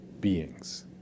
beings